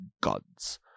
gods